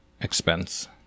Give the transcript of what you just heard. expense